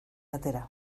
atera